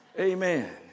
Amen